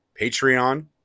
Patreon